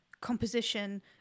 composition